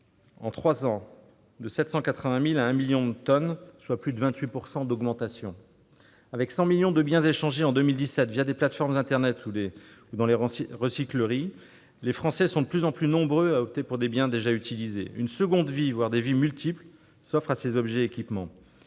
en trois ans de 780 000 tonnes à 1 million, soit une augmentation de plus de 28 %. Avec 100 millions de biens échangés en 2017 des plateformes internet ou des recycleries, les Français sont de plus en plus nombreux à opter pour des biens déjà utilisés. Une seconde vie, voire des vies multiples, s'offre à de nombreux objets et équipements.